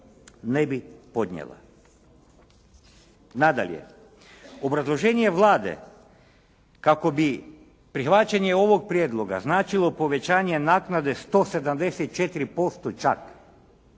ne bi podnijela. Nadalje, obrazloženje Vlade kako bi prihvaćanje ovog prijedloga značilo povećanje naknade 174% čak